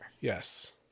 Yes